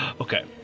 Okay